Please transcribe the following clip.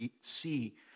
see